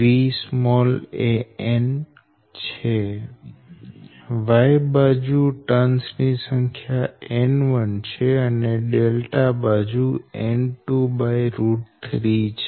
Y બાજુ turns ની સંખ્યા N1 છે અનેબાજુ N23 છે